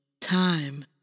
Time